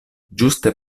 ĝuste